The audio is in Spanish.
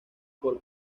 por